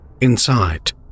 Inside